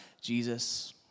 Jesus